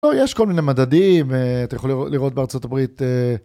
יש כל מיני מדדים, אתם יכולים לראות בארצות הברית.